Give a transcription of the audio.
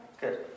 Good